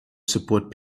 support